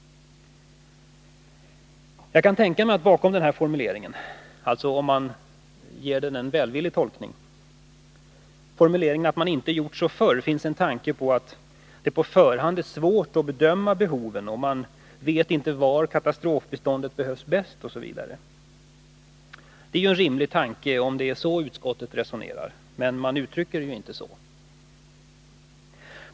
Jag kan tänka mig att det bakom formuleringen om att man inte har gjort så här förr — om man ger den en välvillig tolkning — finns en tanke om att det på förhand är svårt att bedöma behoven, att man inte vet var katastrofbiståndet behövs bäst osv. Det är en rimlig tanke om det är så utskottet resonerar, men man uttrycker sig inte så.